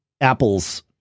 Apple's